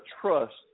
trust